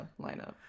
lineup